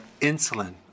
insulin